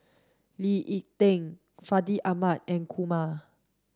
Lee Ek Tieng Fandi Ahmad and Kumar